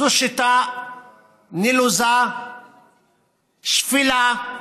זו שיטה נלוזה, שפלה,